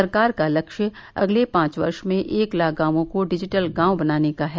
सरकार का लक्ष्य अगले पांच वर्ष में एक लाख गांवों को डिजिटल गांव बनाने का है